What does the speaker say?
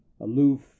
aloof